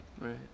Right